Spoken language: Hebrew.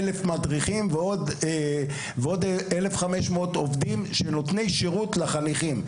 1,000 מדריכים ועוד 1,500 עובדים נותני שירות לחניכים.